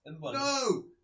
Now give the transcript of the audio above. No